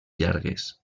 llargues